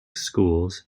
schools